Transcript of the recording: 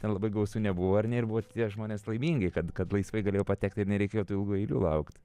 ten labai gausu nebuvo ar ne ir buvo tie žmonės laimingi kad kad laisvai galėjo patekti ir nereikėjo tų ilgų eilių laukt